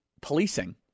policing